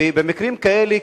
ובמקרים כאלה,